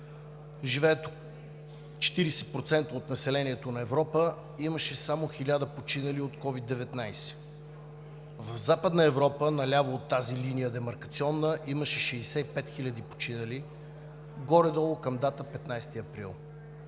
живее 40% от населението на Европа, имаше само 1000 починали от COVID-19. В Западна Европа, наляво от тази демаркационна линия, имаше 65 хиляди починали, горе-долу към дата 15 април,